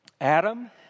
Adam